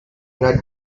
not